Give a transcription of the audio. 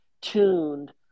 tuned